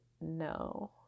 No